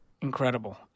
Incredible